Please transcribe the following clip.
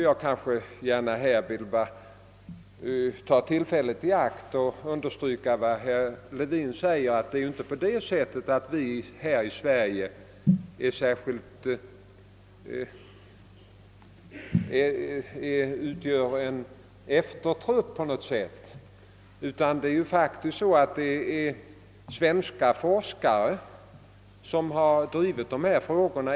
Jag vill också ta tillfället i akt att understryka vad herr Levin säger om att vi här i Sverige inte utgör en eftertrupp på något sätt. Det är faktiskt svenska forskare som drivit dessa frågor.